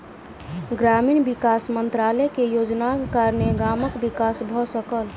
ग्रामीण विकास मंत्रालय के योजनाक कारणेँ गामक विकास भ सकल